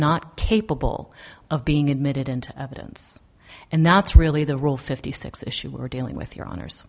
not capable of being admitted into evidence and that's really the rule fifty six issue we're dealing with your honor